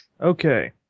Okay